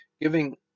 giving